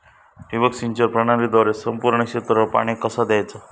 ठिबक सिंचन प्रणालीद्वारे संपूर्ण क्षेत्रावर पाणी कसा दयाचा?